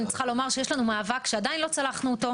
אני צריכה לומר שיש לנו מאבק שעדיין לא צלחנו אותו,